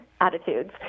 attitudes